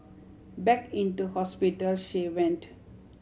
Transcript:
back into hospital she went